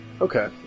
Okay